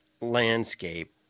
landscape